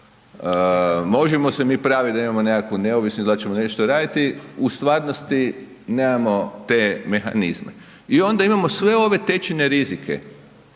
Možemo se mi praviti da imamo nekakvu neovisnost i da ćemo nešto raditi. U stvarnosti nemamo te mehanizme. I onda imamo sve ove tečajne rizike